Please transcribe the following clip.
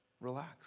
Relax